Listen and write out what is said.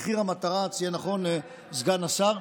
מחיר המטרה, ציין נכון סגן השר.